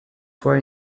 fois